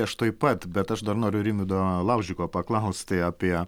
aš tuoj pat bet aš dar noriu rimvydo laužiko paklausti apie